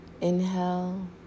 inhale